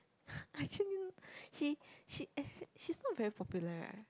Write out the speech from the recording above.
actually she she as in she's not very popular right